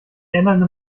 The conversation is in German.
ändernde